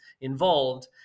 involved